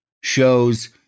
shows